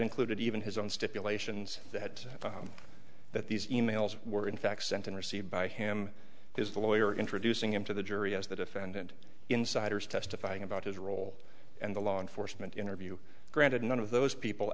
included even his own stipulations that that these e mails were in fact sent and received by him because the lawyer introducing him to the jury as the defendant insiders testifying about his role and the law enforcement interview granted none of those people